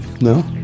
no